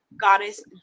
Goddess